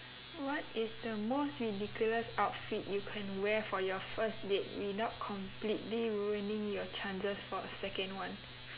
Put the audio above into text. what is the most ridiculous outfit you can wear for your first date without completely ruining your chances for a second one